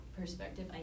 perspective